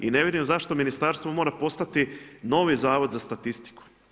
I ne vidim zašto Ministarstvo mora postati novi zavod za statistiku.